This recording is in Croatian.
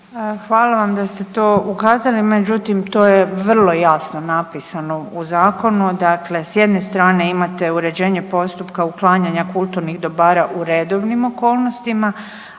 Hvala vam da ste to ukazali, međutim to je vrlo jasno napisano u zakonu, dakle s jedne strane imate uređenje postupka uklanjanja kulturnih dobara u redovnim okolnostima,